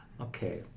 Okay